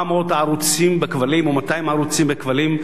הערוצים בכבלים או ב-200 הערוצים בכבלים,